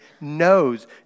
knows